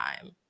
time